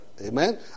Amen